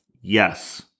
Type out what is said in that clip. yes